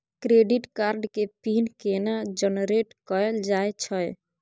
Credit card के pin केना generate कैल जाए छै?